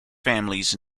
families